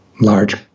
large